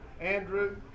Andrew